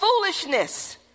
foolishness